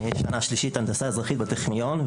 אני שנה שלישית הנדסה אזרחית בטכניון,